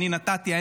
אני נתתי.